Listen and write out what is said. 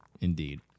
Indeed